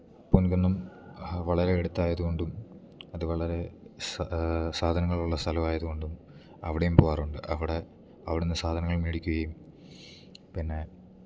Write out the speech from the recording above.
പൊന്കുന്നം വളരെ അടുത്തായത് കൊണ്ടും അത് വളരെ സാധനങ്ങളുള്ള സ്ഥലവായത് കൊണ്ടും അവിടെയും പോവാറുണ്ട് അവിടെ അവിടുന്ന് സാധനങ്ങൾ മേടിക്കുകയും പിന്നെ